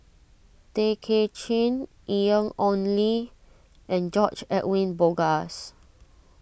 Tay Kay Chin Ian Ong Li and George Edwin Bogaars